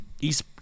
east